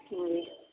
جی